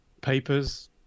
papers